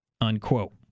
unquote